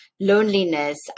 loneliness